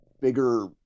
bigger